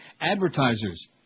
advertisers